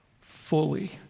fully